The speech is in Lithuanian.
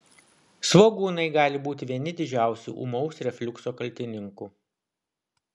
svogūnai gali būti vieni didžiausių ūmaus refliukso kaltininkų